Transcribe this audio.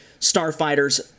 starfighters